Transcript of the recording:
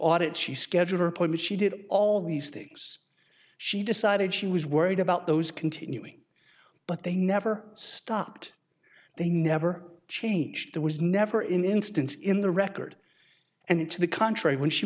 audit she scheduler appointment she did all these things she decided she was worried about those continuing but they never stopped they never changed there was never in instance in the record and to the contrary when she